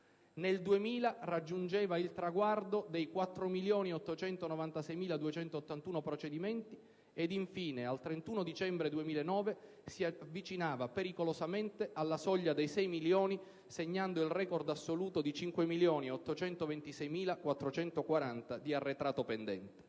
raggiungeva il traguardo dei 4.896.281 procedimenti ed infine, al 31 dicembre 2009, si avvicinava pericolosamente alla soglia dei 6 milioni, segnando il *record* assoluto di 5.826.440 procedimenti pendenti.